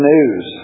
News